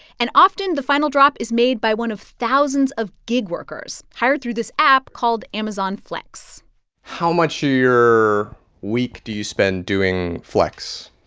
and often, the final drop is made by one of thousands of gig workers hired through this app called amazon flex how much of your week do you spend doing flex?